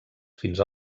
fins